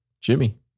Jimmy